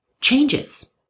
changes